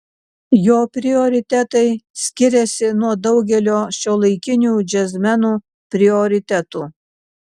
jo prioritetai skiriasi nuo daugelio šiuolaikinių džiazmenų prioritetų